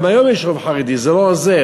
גם היום יש רוב חרדי, זה לא עוזר,